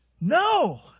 No